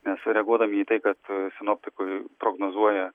mes sureaguodami į tai kad sinoptikai prognozuoja